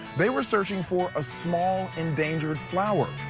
they were searching for a small endangered flower,